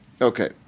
Okay